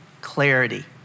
clarity